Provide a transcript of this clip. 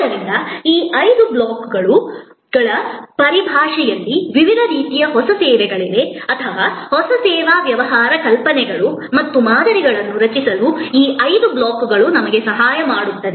ಆದ್ದರಿಂದ ಈ ಐದು ಬ್ಲಾಕ್ಗಳ ಪರಿಭಾಷೆಯಲ್ಲಿ ವಿವಿಧ ರೀತಿಯ ಹೊಸ ಸೇವೆಗಳಿವೆ ಅಥವಾ ಹೊಸ ಸೇವಾ ವ್ಯವಹಾರ ಕಲ್ಪನೆಗಳು ಮತ್ತು ಮಾದರಿಗಳನ್ನು ರಚಿಸಲು ಈ ಐದು ಬ್ಲಾಕ್ಗಳು ನಮಗೆ ಸಹಾಯ ಮಾಡುತ್ತವೆ